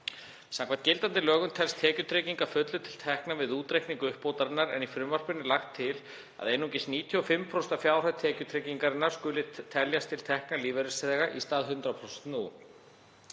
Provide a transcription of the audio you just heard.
Samkvæmt gildandi lögum telst tekjutrygging að fullu til tekna við útreikning uppbótarinnar en í frumvarpinu er lagt til að einungis 95% af fjárhæð tekjutryggingar skuli teljast til tekna lífeyrisþega í stað 100% nú.